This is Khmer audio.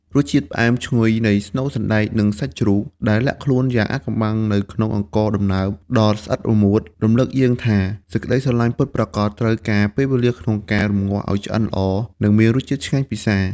រសជាតិផ្អែមឈ្ងុយនៃស្នូលសណ្ដែក និងសាច់ជ្រូកដែលលាក់ខ្លួនយ៉ាងអាថ៌កំបាំងនៅក្នុងអង្ករដំណើបដ៏ស្អិតរមួត រំលឹកយើងថា សេចក្ដីស្រឡាញ់ពិតប្រាកដត្រូវការពេលវេលាក្នុងការរម្ងាស់ឱ្យឆ្អិនល្អ និងមានរសជាតិឆ្ងាញ់ពិសា។